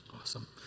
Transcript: Awesome